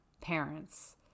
parents